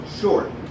short